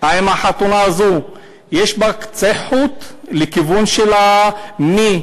האם בחתונה הזאת יש קצה חוט בכיוון של מי